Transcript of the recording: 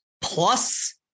plus